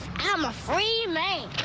um a free may.